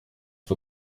for